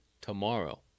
tomorrow